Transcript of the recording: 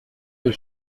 des